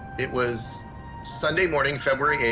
it was sunday morning, february eight.